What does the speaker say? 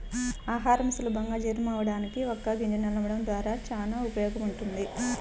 ఆహారం సులభంగా జీర్ణమవ్వడానికి వక్క గింజను నమలడం ద్వారా చానా ఉపయోగముంటది